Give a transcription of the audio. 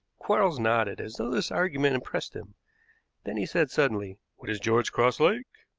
quarles nodded, as though this argument impressed him then he said suddenly what is george cross like?